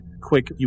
quick